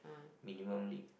minimally